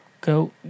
go